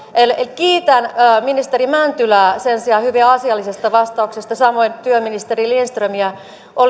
kiitän ministeri mäntylää sen sijaan hyvin asiallisesta vastauksesta samoin työministeri lindströmiä